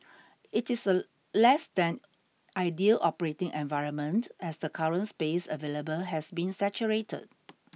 it is a less than ideal operating environment as the current space available has been saturated